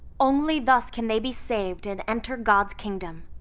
only thus can they be saved and enter god's kingdom.